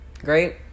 Great